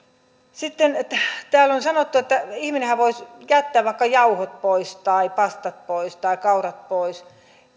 sitten kun täällä on sanottu että ihminenhän voisi jättää vaikka jauhot pois tai pastat pois tai kaurat pois